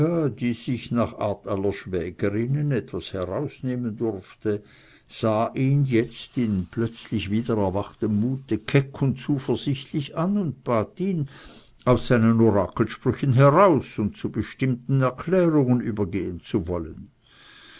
die sich nach art aller schwägerinnen etwas herausnehmen durfte sah ihn jetzt in plötzlich wiedererwachtem mute keck und zuversichtlich an und bat ihn aus seinen orakelsprüchen heraus und zu bestimmteren erklärungen übergehn zu wollen